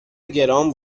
گران